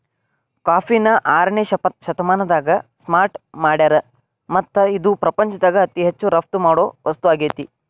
ಕಾಫಿನ ಆರನೇ ಶತಮಾನದಾಗ ಸ್ಟಾರ್ಟ್ ಮಾಡ್ಯಾರ್ ಮತ್ತ ಇದು ಪ್ರಪಂಚದಾಗ ಅತಿ ಹೆಚ್ಚು ರಫ್ತು ಮಾಡೋ ವಸ್ತು ಆಗೇತಿ